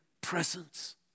presence